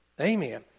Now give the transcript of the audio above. Amen